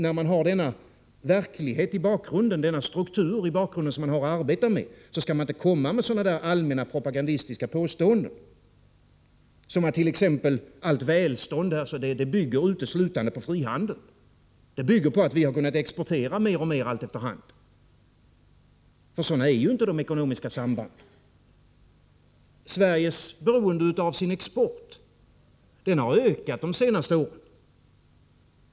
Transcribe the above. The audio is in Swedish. När man har denna struktur i bakgrunden att arbeta med skall man inte komma med allmänna, propagandistiska påståenden, t.ex. att allt välstånd uteslutande bygger på frihandeln, på att vi har kunnat exportera mer och mer efter hand. De ekonomiska sambanden är inte sådana. Sveriges beroende av sin export har ökat de senaste åren.